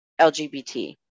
LGBT